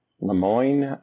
Lemoyne